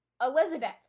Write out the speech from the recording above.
Elizabeth